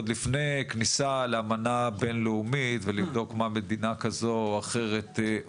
עוד לפני הכניסה לאמנה הבין-לאומית ולפני הבדיקה של מה מדינה כזו עושה,